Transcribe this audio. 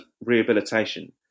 rehabilitation